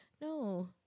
No